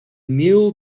mule